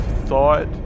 thought